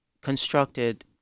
constructed